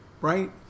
Right